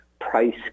price